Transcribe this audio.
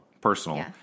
personal